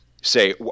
say